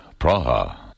Praha